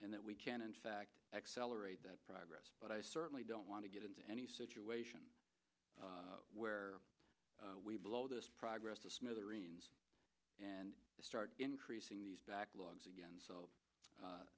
and that we can in fact accelerate that progress but i certainly don't want to get into any situation where we blow this progress to smithereens and start increasing the backlogs again so